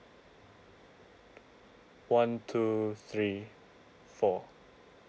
one two three four